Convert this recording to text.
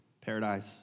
Paradise